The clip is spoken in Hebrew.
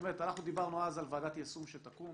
אנחנו דיברנו אז על ועדת יישום שתקום,